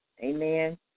Amen